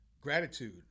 Gratitude